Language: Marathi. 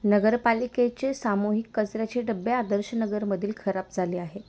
नगरपालिकेचे सामूहिक कचऱ्याचे डब्बे आदर्शनगर मधील खराब झाले आहे